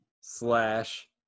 slash